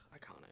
iconic